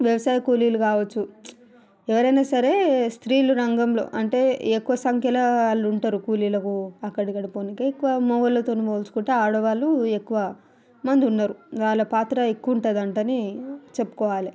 వ్యవసాయ కూలీలు కావచ్చు ఎవరైనా సరే స్త్రీలు రంగంలో అంటే ఎక్కువ సంఖ్యలో వాళ్ళు ఉంటారు కూలీలుగా అక్కడక్కడా పోనీకి ఎక్కువ మగవాళ్ళతో పోల్చుకుంటే ఆడవాళ్ళు ఎక్కువ మంది ఉన్నారు వాళ్ళ పాత్ర ఎక్కువ ఉంటుంది అని చెప్పుకోవాలి